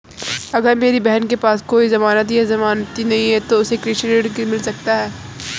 अगर मेरी बहन के पास कोई जमानत या जमानती नहीं है तो उसे कृषि ऋण कैसे मिल सकता है?